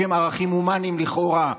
בשם הערכים הומניים לכאורה,